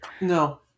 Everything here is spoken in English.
no